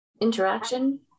interaction